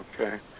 Okay